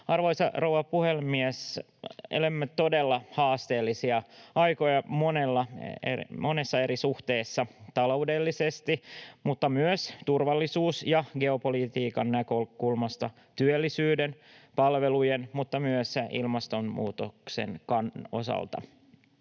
Arvoisa rouva puhemies! Elämme todella haasteellisia aikoja monessa eri suhteessa: taloudellisesti mutta myös turvallisuus‑ ja geopolitiikan näkökulmasta, työllisyyden, palvelujen mutta myös ilmastonmuutoksen osalta.